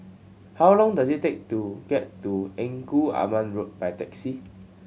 how long does it take to get to Engku Aman Road by taxi